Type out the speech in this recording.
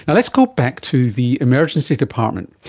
and let's go back to the emergency department.